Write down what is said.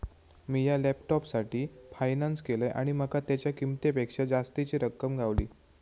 मिया लॅपटॉपसाठी फायनांस केलंय आणि माका तेच्या किंमतेपेक्षा जास्तीची रक्कम गावली